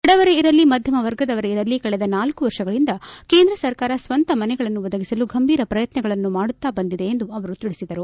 ಬಡವರೇ ಇರಲಿ ಮಧ್ಯಮ ವರ್ಗದವರೇ ಇರಲಿ ಕಳೆದ ನಾಲ್ಲು ವರ್ಷಗಳಿಂದ ಕೇಂದ್ರ ಸರ್ಕಾರ ಸ್ವಂತ ಮನೆಗಳನ್ನು ಒದಗಿಸಲು ಗಂಭೀರ ಪ್ರಯತ್ನಗಳನ್ನು ಮಾಡುತ್ತಾ ಬಂದಿದೆ ಎಂದು ಅವರು ತಿಳಿಸಿದರು